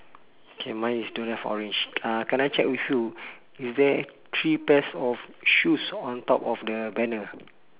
K mine is don't have orange ah can I check with you is there three pairs of shoes on top of the banner